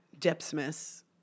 Dipsmith